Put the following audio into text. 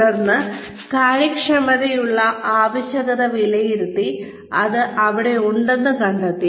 തുടർന്ന് കാര്യക്ഷമതയ്ക്കുള്ള ആവശ്യകത വിലയിരുത്തി അത് അവിടെ ഉണ്ടെന്ന് കണ്ടെത്തി